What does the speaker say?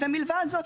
מלבד זאת,